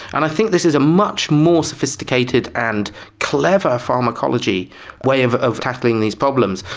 and i think this is a much more sophisticated and clever pharmacology way of of tackling these problems.